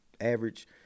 average –